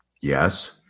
Yes